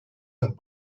and